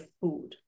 food